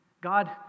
God